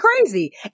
crazy